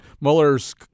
Mueller's